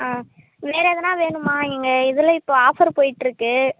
ஆ வேறு எதனா வேணுமா எங்கள் இதில் இப்போ ஆஃபர் போயிட்டுருக்கு